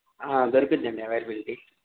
దొరుకుతుందండి అవైలబిలిటీ